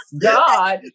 God